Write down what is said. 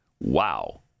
Wow